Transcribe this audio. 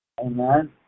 Amen